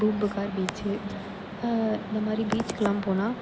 Poompuhar beach இந்தமாதிரி பீச்சுக்கெல்லாம் போனால்